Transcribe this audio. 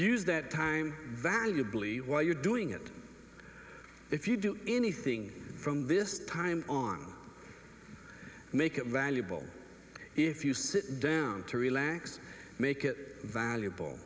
use that time valuably while you're doing it if you do anything from this time on make it valuable if you sit down to relax make it valuable